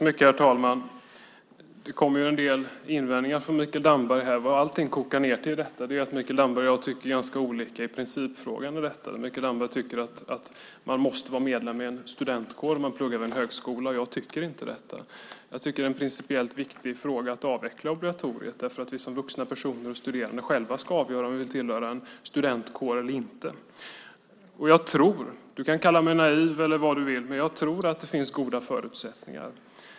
Herr talman! Det kommer en del invändningar från Mikael Damberg. Allt kokar ned till att Mikael Damberg och jag tycker olika i principfrågan. Mikael Damberg tycker att man måste vara medlem i en studentkår när man pluggar vid en högskola. Jag tycker inte så. Jag tycker att det är en principiellt viktig fråga att avveckla obligatoriet. Vi som vuxna personer som studerar ska själva avgöra om vi vill tillhöra en studentkår eller inte. Du kan kalla mig naiv eller vad du vill, men jag tror att det finns goda förutsättningar.